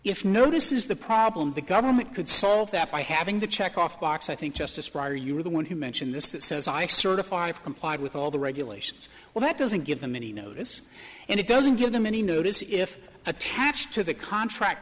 if notice is the problem the government could solve that by having the check off box i think justice pryor you are the one who mentioned this that says i certify have complied with all the regulations well that doesn't give them any notice and it doesn't give them any notice if attached to the contract